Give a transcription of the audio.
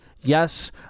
Yes